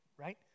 right